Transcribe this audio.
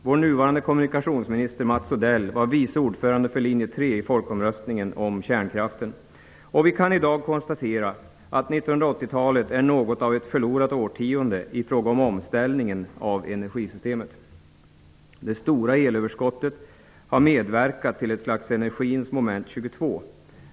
Vi kan i dag konstatera att 1980-talet är något av ett förlorat årtionde i fråga om omställningen av energisystemet. Det stora elöverskottet har medverkat till ett slags energins moment 22.